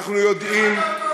אנחנו יודעים,